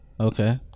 Okay